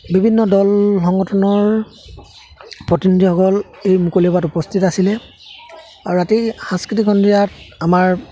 বিভিন্ন দল সংগঠনৰ প্ৰতিনিধিসকল এই মুকলি সভাত উপস্থিত আছিলে আৰু ৰাতি সাংস্কৃতিক সন্ধিয়াত আমাৰ